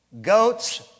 Goats